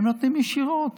הם נותנים ישירות